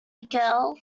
girl